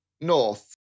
north